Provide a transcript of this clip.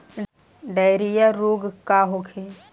Diarrhoea रोग का होखे?